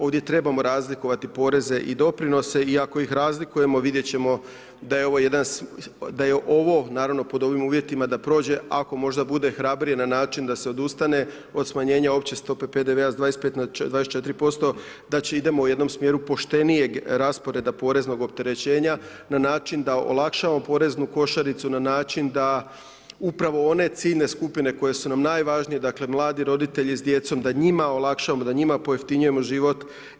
Ovdje trebamo razlikovati poreze i doprinose i ako ih razlikujemo vidjet ćemo da je ovo, naravno pod ovim uvjetima da prođe, ako možda bude hrabrije na način da se odustane od smanjenja opće stope PDV-a s 25 na 24%, da idemo u jednom smjeru poštenijeg rasporeda poreznog opterećenja na način da olakšamo poreznu košaricu na način da upravo one ciljne skupine koje su nam najvažnije, dakle mladi roditelji s djecom da njima olakšamo, da njima pojeftinjujemo život.